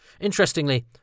Interestingly